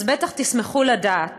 אז בטח תשמחו לדעת